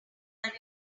are